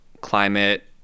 climate